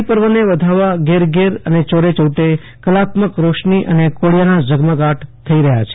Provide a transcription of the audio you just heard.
દિવાળી પર્વને વધાવવા ઘેર ઘેર અને ચોર ચૌટે કલાત્મક રોશની અને કોડીયાના ઝગમગાટ થઈ રહ્યા છે